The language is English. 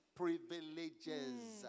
privileges